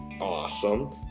Awesome